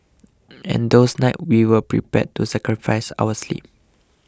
and those nights we were prepared to sacrifice our sleep